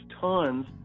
tons